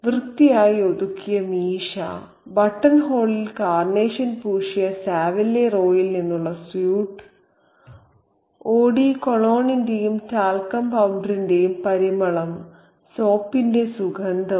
വൃത്തിയായി ഒതുക്കിയ മീശ ബട്ടൺഹോളിൽ കാർനേഷൻ പൂശിയ സാവില്ലെ റോയിൽ നിന്നുള്ള സ്യൂട്ട് ഓ ഡി കൊളോണിന്റെയും ടാൽക്കം പൌഡറിന്റെയും പരിമളം സോപ്പിന്റെ സുഗന്ധവും